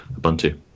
Ubuntu